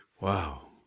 Wow